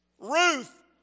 Ruth